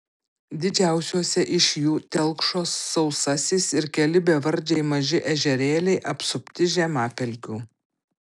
didžiausiose iš jų telkšo sausasis ir keli bevardžiai maži ežerėliai apsupti žemapelkių